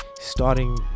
starting